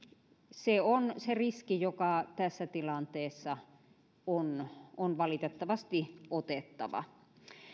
se on se riski joka tässä tilanteessa on on valitettavasti otettava